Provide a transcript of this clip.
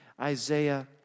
Isaiah